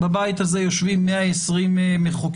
בבית הזה יושבים 120 מחוקקים.